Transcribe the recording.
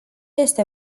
este